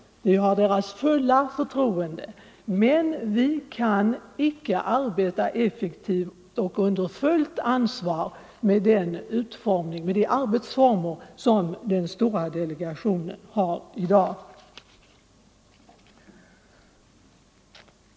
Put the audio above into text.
Vi har deras fulla förtroende, men vi kan icke arbeta effektivt och under fullt ansvar med de arbetsformer som den stora delegationen har i dag.